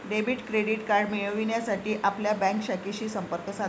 debit credit card मिळविण्यासाठी आपल्या bank शाखेशी संपर्क साधा